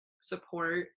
support